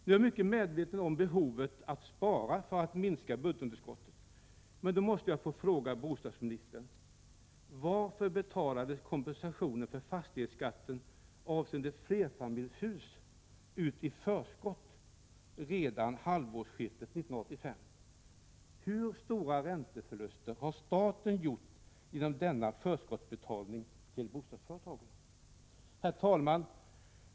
Nu är jag väl medveten om behovet att spara för att minska budgetunderskottet, men då måste jag också fråga bostadsministern: Varför betalades kompensationen för fastighetsskatten avseende flerfamiljshus ut i förskott redan vid halvårsskiftet 1985? Hur stora ränteförluster har staten gjort genom denna förskottsbetalning till bostadsföretagen? Herr talman!